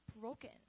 broken